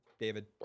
david